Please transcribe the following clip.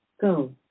go